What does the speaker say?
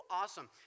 awesome